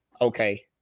okay